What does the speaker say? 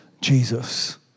Jesus